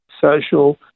social